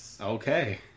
Okay